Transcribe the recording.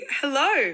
hello